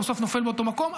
הוא בסוף נופל באותו מקום.